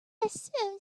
assumed